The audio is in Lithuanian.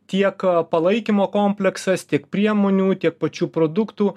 tiek palaikymo kompleksas tiek priemonių tiek pačių produktų